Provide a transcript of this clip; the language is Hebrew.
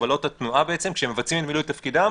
הגבלות התנועה כשהם מבצעים את מילוי תפקידם,